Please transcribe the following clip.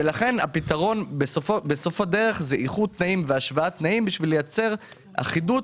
ולכן הפתרון בסוף הדרך זה איחוד תנאים והשוואת תנאים בשביל לייצר אחידות